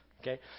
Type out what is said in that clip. Okay